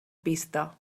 pista